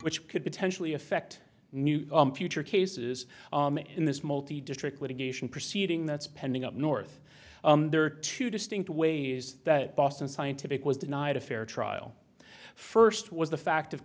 which could potentially affect new future cases in this multi district litigation proceeding that's pending up north there are two distinct ways that boston scientific was denied a fair trial first was the fact of